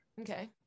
Okay